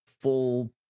full